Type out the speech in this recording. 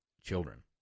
children